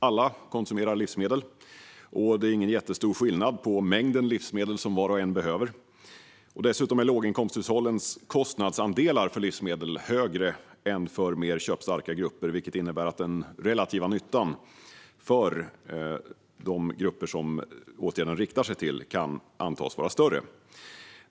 Alla konsumerar livsmedel, och det är ingen jättestor skillnad när det gäller den mängd livsmedel som var och en behöver. Dessutom är låginkomsthushållens kostnadsandelar för livsmedel högre än hos mer köpstarka grupper, vilket innebär att den relativa nyttan för de grupper som åtgärden riktar sig till kan antas vara större.